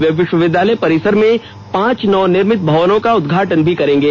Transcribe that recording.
वे विश्वविद्यालय परिसर में पांच नव निर्मित भवनों का उद्घाटन भी करेंगे